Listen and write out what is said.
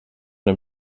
dem